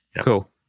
Cool